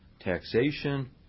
taxation